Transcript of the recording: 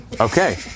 Okay